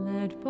Let